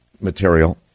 material